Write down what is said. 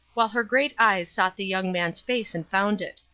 while her great eyes sought the young man's face and found it.